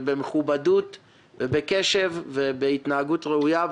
במכובדות ובקשב והתנהגות ראויה.